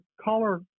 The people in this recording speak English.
caller